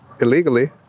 illegally